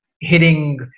hitting